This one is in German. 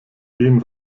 dem